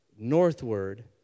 northward